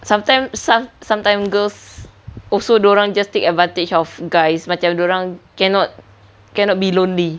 sometimes some sometimes girls also dia orang just take advantage of guys macam dia orang cannot cannot be lonely